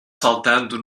saltando